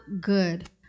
good